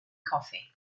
coffee